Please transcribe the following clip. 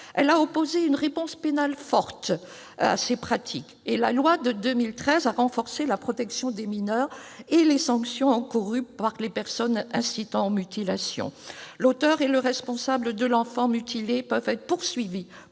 Elle a opposé une réponse pénale forte à ces pratiques, et la loi de 2013 a renforcé la protection des mineurs et les sanctions encourues par les personnes incitant aux mutilations. L'auteur et le responsable de l'enfant mutilé peuvent être poursuivis